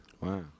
Wow